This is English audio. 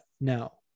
no